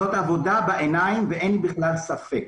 זאת עבודה בעיניים ואין בכלל ספק.